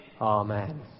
Amen